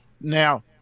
now